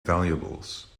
valuables